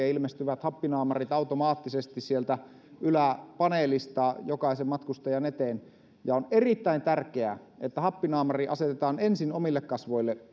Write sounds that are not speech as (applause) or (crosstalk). (unintelligible) ilmestyvät happinaamarit automaattisesti sieltä yläpaneelista jokaisen matkustajan eteen ja on erittäin tärkeää että happinaamari asetetaan ensin omille kasvoille (unintelligible)